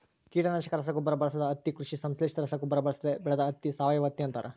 ಕೀಟನಾಶಕ ರಸಗೊಬ್ಬರ ಬಳಸದ ಹತ್ತಿ ಕೃಷಿ ಸಂಶ್ಲೇಷಿತ ರಸಗೊಬ್ಬರ ಬಳಸದೆ ಬೆಳೆದ ಹತ್ತಿ ಸಾವಯವಹತ್ತಿ ಅಂತಾರ